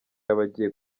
y’abagiye